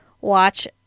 watch